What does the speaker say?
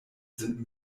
sind